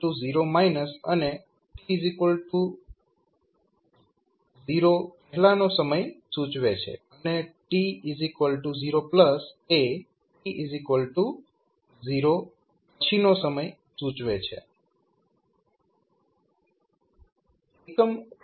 અહીં t 0 એ t 0 પહેલાનો સમય સૂચવે છે અને t 0 એ t 0 પછીનો સમય સૂચવે છે